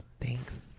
Thanks